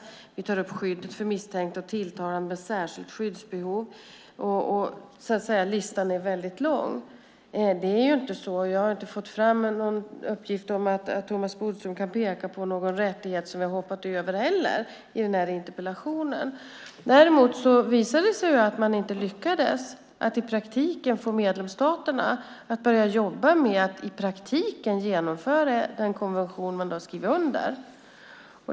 Vi tar upp skyddet för misstänkta och tilltalade med ett särskilt skyddsbehov. Listan är väldigt lång. Thomas Bodström kan heller inte i interpellationen peka på någon rättighet som vi skulle ha hoppat över. Däremot visade det sig att man inte lyckades få medlemsstaterna att börja jobba med att i praktiken genomföra den konvention man har skrivit under.